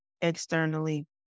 externally